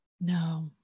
No